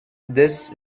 this